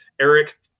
Eric